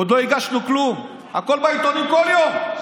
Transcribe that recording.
עוד לא הוגש כלום, והכול בעיתונים כל יום.